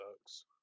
sucks